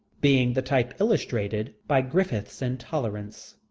being the type illustrated by griffith's intolerance.